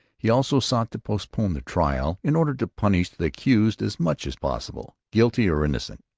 he also sought to postpone the trial in order to punish the accused as much as possible, guilty or innocent.